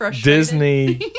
Disney